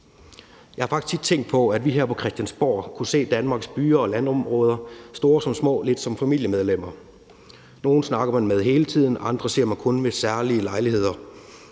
Jeg har faktisk tit tænkt på, at vi her på Christiansborg kunne se Danmarks byer og landområder, store som små, lidt som familiemedlemmer. Nogle snakker man med hele tiden, andre ser man kun ved særlige lejligheder.